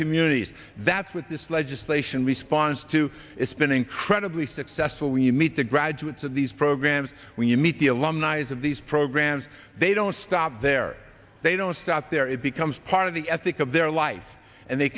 communities that's what this legislation responds to it's been incredibly successful when you meet the graduates of these programs when you meet the alumni is of these programs they don't stop there they don't stop there it becomes part of the ethic of their life and they